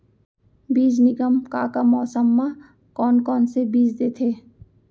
बीज निगम का का मौसम मा, कौन कौन से बीज देथे?